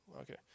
Okay